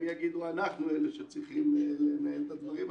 הם יגידו: אנחנו אלה שצריכים לנהל את הדברים,